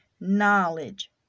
knowledge